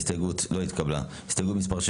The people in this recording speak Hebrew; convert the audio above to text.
הצבעה ההסתייגות לא נתקבלה ההסתייגות לא התקבלה.